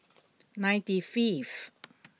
ninety fifth